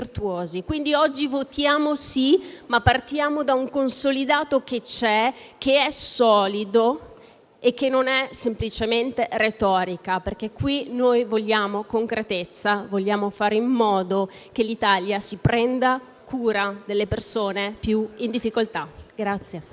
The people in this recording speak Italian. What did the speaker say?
delle mozioni, ma partiamo da un consolidato che c'è, è solido e non è semplicemente retorica, perché vogliamo concretezza e vogliamo fare in modo che l'Italia si prenda cura delle persone più in difficoltà.